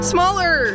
Smaller